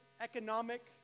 economic